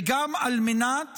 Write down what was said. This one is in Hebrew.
וגם על מנת